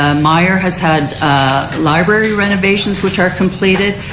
ah meyer has had library renovations which are completed.